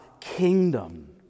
kingdom